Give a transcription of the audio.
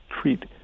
treat